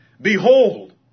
Behold